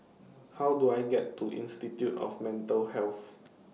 How Do I get to Institute of Mental Health